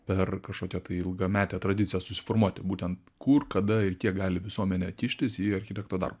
per kažkokią tai ilgametę tradiciją susiformuoti būtent kur kada ir kiek gali visuomenė kištis į architekto dar